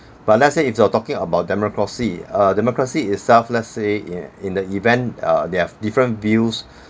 but let's say if you are talking about democracy a democracy itself let's say in in the event uh they have different views